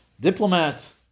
diplomat